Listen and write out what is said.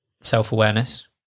self-awareness